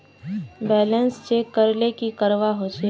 Balance check करले की करवा होचे?